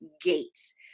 gates